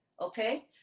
Okay